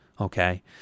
Okay